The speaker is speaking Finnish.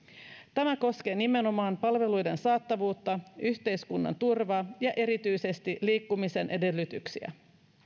tämä koskee nimenomaan palveluiden saatavuutta yhteiskunnan turvaa ja erityisesti liikkumisen edellytyksiä